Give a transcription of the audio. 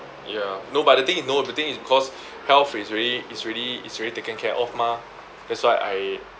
ya no but the thing is no the thing is because health it's already it's already it's already taken care of mah that's why I